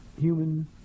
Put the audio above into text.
human